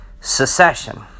Secession